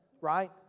right